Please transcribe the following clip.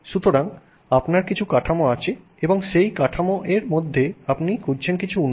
সুতরাং আপনার কিছু কাঠামো আছে এবং সেই কাঠাম এর মধ্যে আপনি খুঁজছেন কিছু উন্নতি